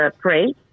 pray